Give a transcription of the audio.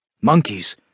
Monkeys